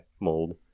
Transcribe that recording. mold